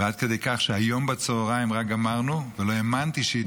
עד כדי כך שרק היום בצוהריים גמרנו ולא האמנתי שהיא